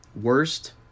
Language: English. worst